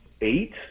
Eight